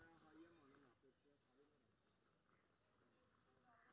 हम अपन खाता के के.वाई.सी के करायब?